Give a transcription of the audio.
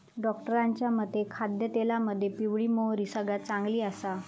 डॉक्टरांच्या मते खाद्यतेलामध्ये पिवळी मोहरी सगळ्यात चांगली आसा